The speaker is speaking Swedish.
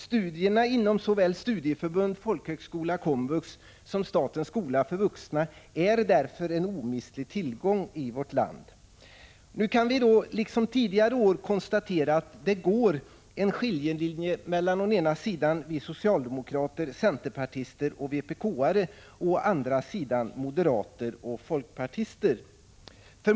Studierna inom såväl studieförbund, folkhögskola och komvux som statens skola för vuxna är därför en omistlig tillgång för vårt land. Liksom tidigare år kan nu konstateras att det går en skiljelinje mellan å ena sidan socialdemokrater, centerpartister och vpk-are och å andra sidan moderater och folkpartister.